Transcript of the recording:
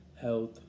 health